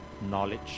knowledge